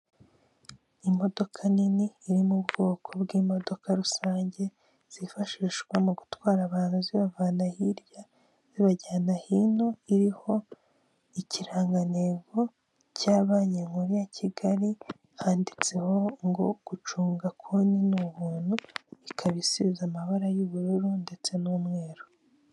Imodoka nini iri mu bwoko bw'imodoka rusange zifashishwa mu gutwara abantu zibavana hirya zibajyana hino iriho ikirangantego cya banki nkuru ya Kigali, handitseho ngo gucunga konti n'ubuntu ikaba isize amabara y'ubururu ndetse n'umweru.